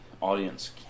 audience